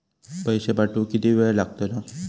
पैशे पाठवुक किती वेळ लागतलो?